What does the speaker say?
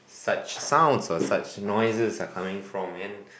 such sounds or such noises are coming from and